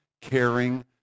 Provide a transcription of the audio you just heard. caring